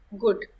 good